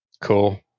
Cool